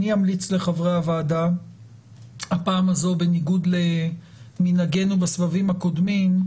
אני אמליץ לחברי הועדה הפעם הזו בניגוד למנהגינו בסבבים הקודמים,